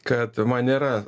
kad man nėra